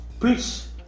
Please